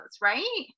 right